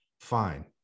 Fine